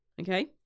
okay